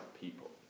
people